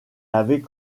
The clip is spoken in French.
avait